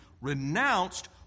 renounced